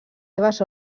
seves